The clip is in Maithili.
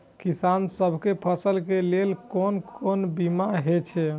किसान सब के फसल के लेल कोन कोन बीमा हे छे?